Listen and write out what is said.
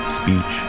speech